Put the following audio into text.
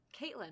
caitlin